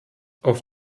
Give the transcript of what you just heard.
auf